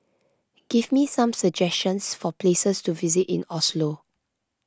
give me some suggestions for places to visit in Oslo